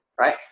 Right